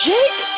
Jake